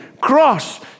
cross